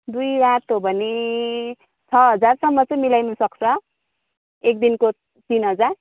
दुई रात हो भने छ हजारसम्म चाहिँ मिलाउन सक्छ दिनको तिन हजार